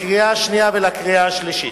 לקריאה שנייה ולקריאה שלישית.